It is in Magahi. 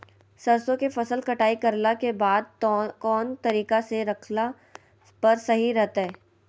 सरसों के फसल कटाई करला के बाद कौन तरीका से रखला पर सही रहतय?